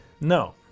No